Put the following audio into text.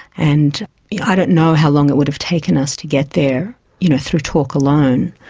and i don't know how long it would have taken us to get there you know through talk alone.